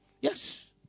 Yes